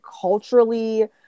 culturally